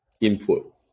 input